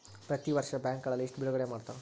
ಪ್ರತಿ ವರ್ಷ ಬ್ಯಾಂಕ್ಗಳ ಲಿಸ್ಟ್ ಬಿಡುಗಡೆ ಮಾಡ್ತಾರ